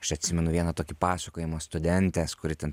aš atsimenu vieną tokį pasakojimą studentės kuri ten